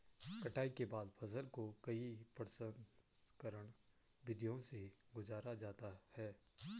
कटाई के बाद फसल को कई प्रसंस्करण विधियों से गुजारा जाता है